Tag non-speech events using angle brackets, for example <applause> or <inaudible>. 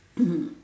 <coughs>